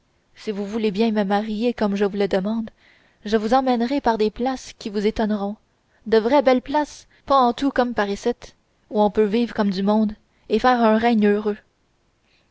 si vous voulez bien me marier comme je vous le demande je vous emmènerai dans des places qui vous étonneront de vraies belles places pas en tout comme par icitte où on peut vivre comme du monde et faire un règne heureux